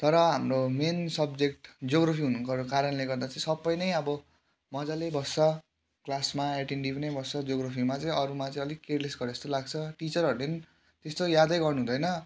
तर हाम्रो main subject geography हुनुको कारणले गर्दा चाहिँ सबै नै अब मज्जाले बस्छ क्लासमा एटेन्टिभ नै बस्छ जोग्राफीमा चाहिँ अरूमा चाहिँ अलिक केयरलेस गरेको जस्तो लाग्छ टिचरहरूले पनि त्यस्तो यादै गर्नु हुँदैन